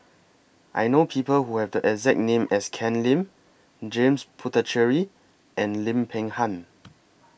I know People Who Have The exact name as Ken Lim James Puthucheary and Lim Peng Han